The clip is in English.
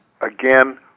again